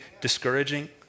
discouraging